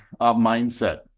mindset